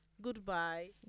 Goodbye